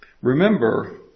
Remember